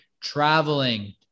traveling